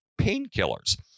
painkillers